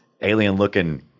alien-looking